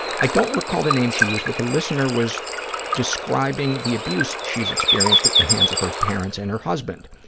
i don't recall the name she used, but the listener was describing the abuse she's experienced at the hands of her parents and her husband.